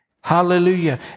Hallelujah